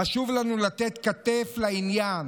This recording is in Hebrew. חשוב לנו לתת כתף לעניין.